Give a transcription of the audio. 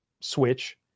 switch